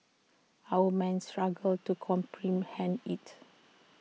our main struggle to comprehend IT